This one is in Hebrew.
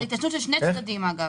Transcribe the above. זה התיישנות של שני צדדים, אגב.